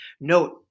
note